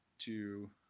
to